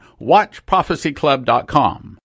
WatchProphecyClub.com